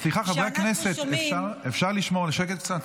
סליחה, חברי הכנסת, אפשר לשמור קצת על השקט?